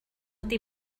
ydy